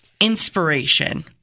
inspiration